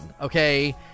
okay